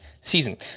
season